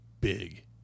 big